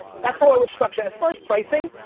that's how i would structure as far as pricing.